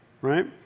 right